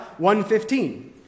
1:15